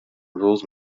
rules